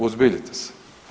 Uozbiljite se.